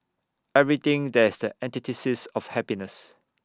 everything that is the antithesis of happiness